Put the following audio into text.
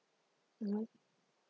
mmhmm